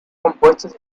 compuestas